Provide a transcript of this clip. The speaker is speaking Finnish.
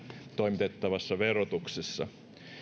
toimitettavassa verotuksessa